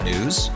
News